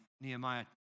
Nehemiah